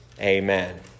Amen